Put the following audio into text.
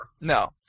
No